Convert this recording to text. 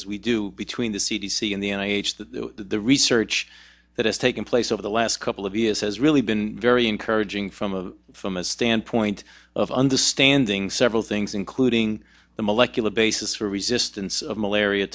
as we do between the c d c and the n h that the research that has taken place over the last couple of years has really been very encouraging from a from a standpoint of understanding several things including the molecular basis for resistance of malaria